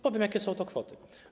Powiem, jakie są to kwoty.